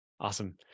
Awesome